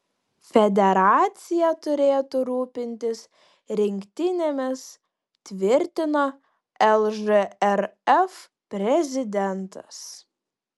federacija turėtų rūpintis rinktinėmis tvirtino lžrf prezidentas